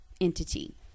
entity